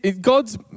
God's